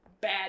bad